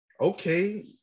okay